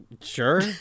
Sure